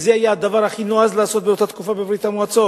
וזה היה הדבר הכי נועז לעשות באותה תקופה בברית-המועצות,